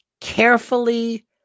Carefully